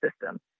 system